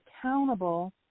accountable